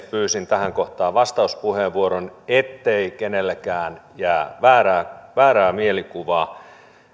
pyysin tähän kohtaan vastauspuheenvuoron ettei kenellekään jää väärää väärää mielikuvaa